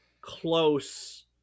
close